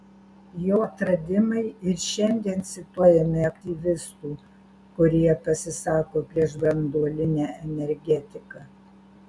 jo atradimai ir šiandien cituojami aktyvistų kurie pasisako prieš branduolinę energetiką